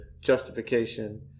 justification